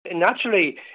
Naturally